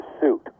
suit